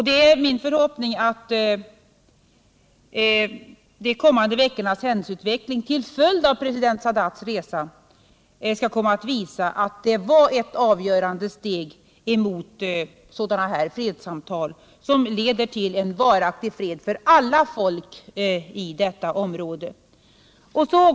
Det är min förhoppning att de kommande veckornas händelseutveckling till följd av president Sadats resa skall komma att visa att det var ett avgörande steg emot fredssamtal som leder till en varaktig fred för alla folk i detta område.